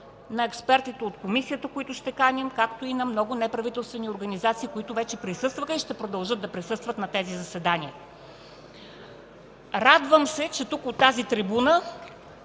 на експертите от Комисията, които ще каним, както и на много неправителствени организации, които вече присъстваха и ще продължат да присъстват на тези заседания. Радвам се, че тук, от тази трибуна,